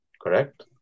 correct